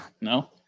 No